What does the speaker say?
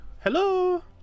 hello